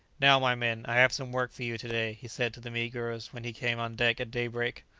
now, my men, i have some work for you to-day, he said to the negroes when he came on deck at daybreak.